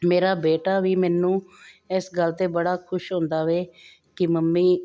ਮੇਰਾ ਬੇਟਾ ਵੀ ਮੈਨੂੰ ਇਸ ਗੱਲ ਤੇ ਬੜਾ ਖੁਸ਼ ਹੁੰਦਾ ਵੇ ਕਿ ਮੰਮੀ